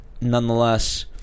nonetheless